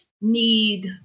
need